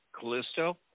Callisto